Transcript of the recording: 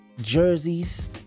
Jersey's